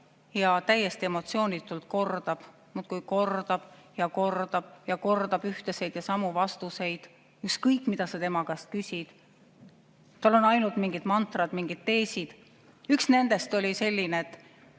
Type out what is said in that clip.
ja täiesti emotsioonitult kordab, muudkui kordab ja kordab ja kordab ühtesid ja samu vastuseid, ükskõik mida sa tema käest küsid. Tal on ainult mingid mantrad, mingid teesid. Üks nendest oli selline, et